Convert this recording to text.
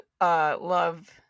love